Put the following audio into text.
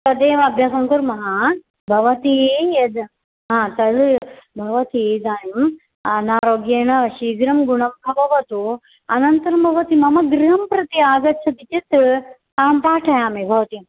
तदेव अभ्यासं कुर्मः भवती यद् तद् भवती इदानीम् अनारोग्येण शीघ्रं गुणं भवतु अनन्तरं भवती मम गृहं प्रति आगच्छति चेत् अहं पाठयामि भवत्यै